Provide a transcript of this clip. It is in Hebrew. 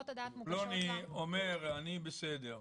פלוני אומר אני בסדר,